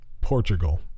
Portugal